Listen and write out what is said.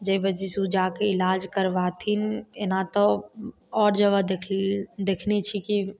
जाहि वजह से ओ जा कऽ इलाज करबाथिन एना तऽ आओर जगह देख देखने छी की